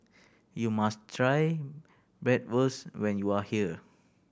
you must try Bratwurst when you are here